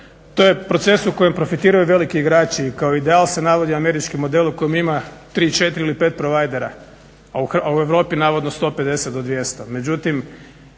To je proces u kojem profitiraju veliki igrači i kao ideal se navodi američki model u kojem ima 3, 4 ili 5 providera a u Europi navodno 150 do 200.